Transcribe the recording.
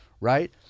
right